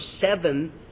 seven